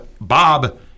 Bob